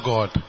God